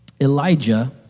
Elijah